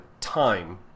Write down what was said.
time